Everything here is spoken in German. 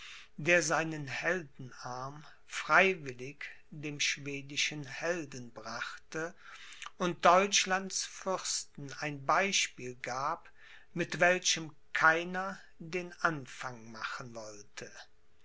der seinen heldenarm freiwillig dem schwedischen helden brachte und deutschlands fürsten ein beispiel gab mit welchem keiner den anfang machen wollte